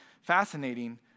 fascinating